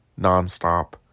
nonstop